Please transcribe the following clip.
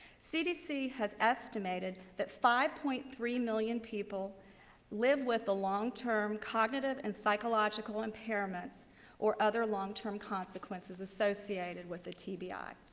cdc has estimated that five point three million people live with a long-term cognitive and psychological impairment or other long-term consequences associated with a tbi. ah